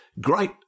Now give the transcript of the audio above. great